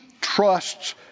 trusts